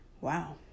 Wow